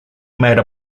made